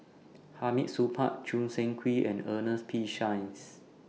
Hamid Supaat Choo Seng Quee and Ernest P Shanks